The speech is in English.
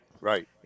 Right